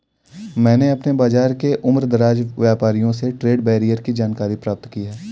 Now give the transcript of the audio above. मैंने अपने बाज़ार के उमरदराज व्यापारियों से ट्रेड बैरियर की जानकारी प्राप्त की है